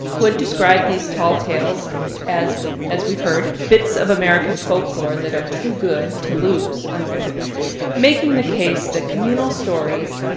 wood described these tall tales as, as we've heard, bits of american folklore that are too good to lose, and making the case that communal stories,